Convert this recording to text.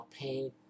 pain